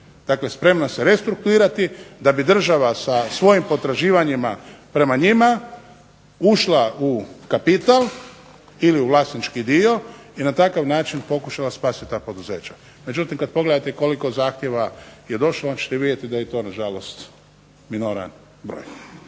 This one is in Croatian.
spremna se restrukturirati, da bi država sa svojim potraživanjima prema njima ušla u kapital ili u vlasnički dio i na takav način pokušala spasiti ta poduzeća. Međutim, kada pogledate koliko zahtjeva je došlo onda ćete vidjeti da je to na žalost minoran broj.